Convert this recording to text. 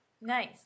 Nice